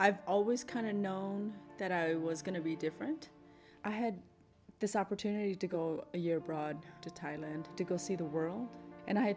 i've always kind of known that i was going to be different i had this opportunity to go to thailand to go see the world and i